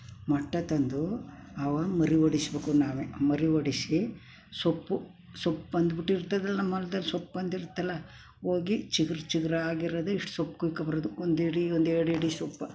ಮೊಟ್ಟೆ ತಂದು ಅವ ಮರಿ ಓಡಿಸಬೇಕು ನಾವೇ ಮರಿ ಓಡಿಸಿ ಸೊಪ್ಪು ಸೊಪ್ಪು ಬಂದ್ಬಿಟ್ಟಿರ್ತದಲ್ಲ ನಮ್ಮ ಹೊಲ್ದಲ್ಲಿ ಸೊಪ್ಪು ಬಂದಿರ್ತಲ್ಲ ಹೋಗಿ ಚಿಗುರು ಚಿಗುರಾಗಿ ಇರೋದೇ ಇಷ್ಟು ಸೊಪ್ಪು ಕುಯ್ಕೊಂಡ್ಬರೋದು ಒಂದು ಇಡೀ ಒಂದು ಎರ್ಡು ಇಡೀ ಸೊಪ್ಪು